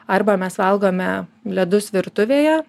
arba mes valgome ledus virtuvėje